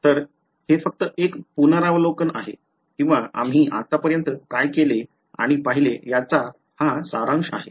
तर हे फक्त एक पुनरावलोकन आहे किंवा आम्ही आत्तापर्यंत काय केले आणि पाहिले आहे याचा सारांश आहे